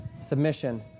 submission